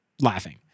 laughing